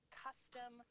custom